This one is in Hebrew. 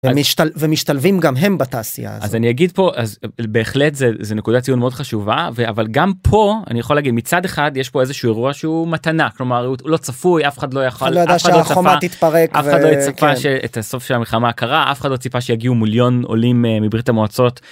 ומשתל.. ומשתלבים גם הם בתעשייה הזאת. אז אני אגיד פה, אז בהחלט זה, זה נקודה ציון מאוד חשובה, ו... אבל גם פה אני יכול להגיד מצד אחד יש פה איזשהו אירוע שהוא מתנה, כלומר הוא לא צפוי, אף אחד לא יכול.. אף אחד לא ידע שהחומה תתפרק ו... כן. אף אחד לא צפה את הסוף של המלחמה הקרה, אף אחד לא ציפה שיגיעו מליון עולים מברית המועצות.